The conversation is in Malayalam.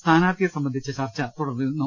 സ്ഥാനാർത്ഥിയെ സംബന്ധിച്ച ചർച്ച നടന്നു വരുന്നു